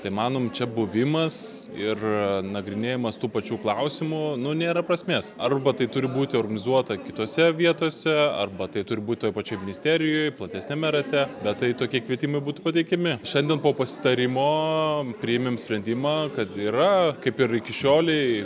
tai manom čia buvimas ir nagrinėjamas tų pačių klausimų nu nėra prasmės arba tai turi būti organizuota kitose vietose arba tai turi būti toj pačioj ministerijoj platesniame rate bet tai tokie kvietimai būti pateikiami šiandien po pasitarimo priėmėme sprendimą kad yra kaip ir iki šiolei